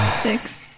Six